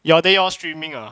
your they all streaming ah